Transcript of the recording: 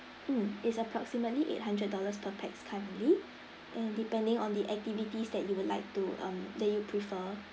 mm it's approximately eight hundred dollars per pax currently and depending on the activities that you would like to um that you prefer